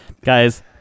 guys